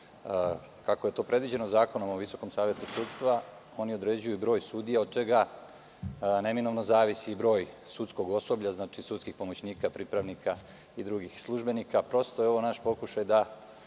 kako je to predviđeno Zakonom o Visokom savetu sudstva. Oni određuju broj sudija, od čega neminovno zavisi broj sudskog osoblja, sudskih pomoćnika i pripravnika i drugih službenika. Ovo je naš pokušaj da